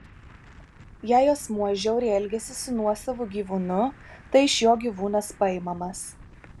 jei asmuo žiauriai elgiasi su nuosavu gyvūnu tai iš jo gyvūnas paimamas